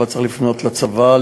צריך לפנות לצבא,